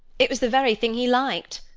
it was the very thing he liked.